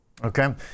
Okay